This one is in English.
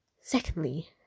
Secondly